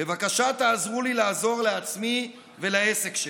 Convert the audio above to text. "בבקשה תעזרו לי לעזור לעצמי ולעסק שלי.